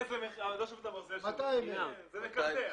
200 אלף.